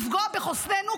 לפגוע בחוסננו,